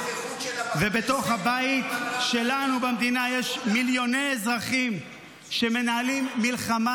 ובתוך הבית שלנו במדינה יש מיליוני אזרחים שמנהלים מלחמה